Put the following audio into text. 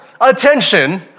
attention